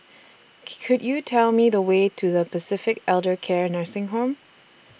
Could YOU Tell Me The Way to The Pacific Elder Care Nursing Home